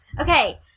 Okay